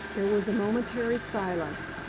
there was a momentary silence.